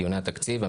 בדיוני התקציב.